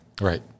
right